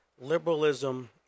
Liberalism